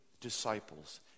disciples